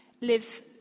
live